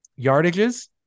yardages